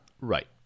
right